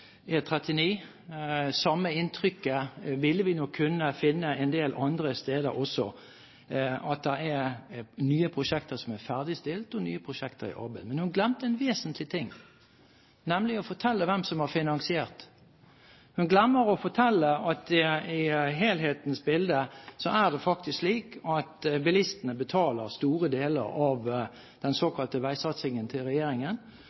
del andre steder også: at det er nye prosjekter som er ferdigstilt, og nye prosjekter i arbeid. Men hun glemte en vesentlig ting, nemlig å fortelle hvem som har finansiert dette. Hun glemmer å fortelle at i helhetsbildet er det faktisk slik at bilistene betaler store deler av regjeringens såkalte veisatsing, at bompenger under nettopp denne regjeringen